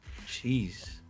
Jeez